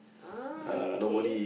uh okay